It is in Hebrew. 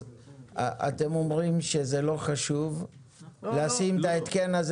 אתם אומרים שזה לא חשוב לשים את ההתקן הזה